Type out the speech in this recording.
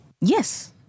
Yes